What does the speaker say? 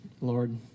Lord